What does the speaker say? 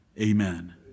Amen